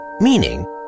Meaning